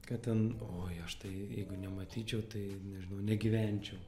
kad ten oi aš tai jeigu nematyčiau tai nežinau negyvenčiau